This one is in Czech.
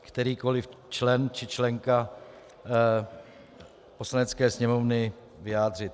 kterýkoliv člen či členka Poslanecké sněmovny vyjádřit.